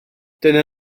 dyna